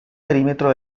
perímetro